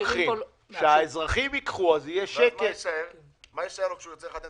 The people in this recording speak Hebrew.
חלק ממנו הוא תקציבי, ולכן יש סדר גודל של תוכניות